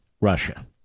Russia